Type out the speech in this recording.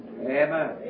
Amen